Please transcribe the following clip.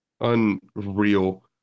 Unreal